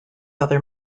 other